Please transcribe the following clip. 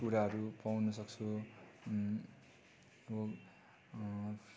कुराहरू पाउनुसक्छु